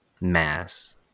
mass